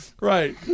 Right